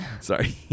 sorry